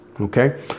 okay